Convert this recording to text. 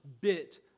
bit